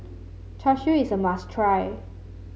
Char Siu is a must try